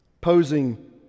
posing